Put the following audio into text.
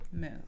move